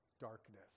darkness